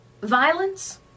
violence